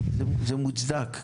זה מוצדק,